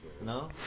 No